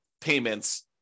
payments